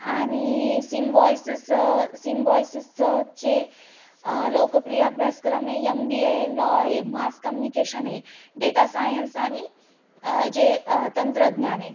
आणि सिमबॉईसेस सिमबॉईसेसचंचे लोकप्रिय अभ्यासक्रम आहे यम बी ए लॉ आहे मास कम्युनिकेशन आहे डेटा सायन्स आणि जे तंत्रज्ञान आहे